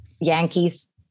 Yankees